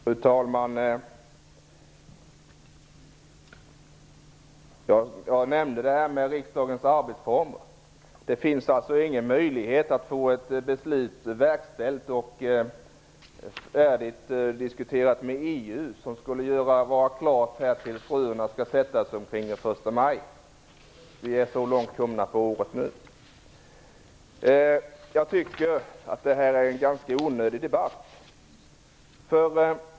Fru talman! Jag nämnde det här med riksdagens arbetsformer. Det finns ingen möjlighet att få ett beslut verkställt och färdigdiskuterat med EU som skulle vara klart när fröerna skall sättas kring den 1 maj. Det är så långt gånget på året nu. Jag tycker att detta är en ganska onödig debatt.